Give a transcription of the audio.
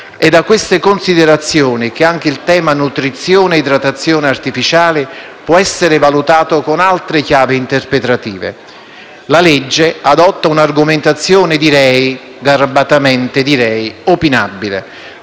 È da queste considerazioni che anche il tema della nutrizione e dell'idratazione artificiale può essere valutato con altre chiavi interpretative. Il disegno di legge adotta un'argomentazione che definirei, garbatamente, opinabile,